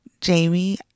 Jamie